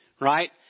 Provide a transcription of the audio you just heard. right